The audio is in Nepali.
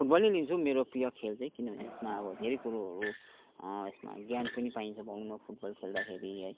फुटबलै लिन्छु मेरो प्रिय खेल चाहिँ किनभने यसमा अब धेरै कुरोहरू यसमा ज्ञान पनि पाइन्छ भनौँ न फुटबल खेल्दाखेरि है